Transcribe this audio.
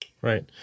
Right